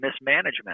mismanagement